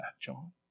John